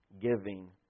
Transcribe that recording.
giving